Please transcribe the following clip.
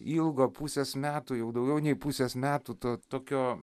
ilgo pusės metų jau daugiau nei pusės metų to tokio